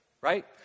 right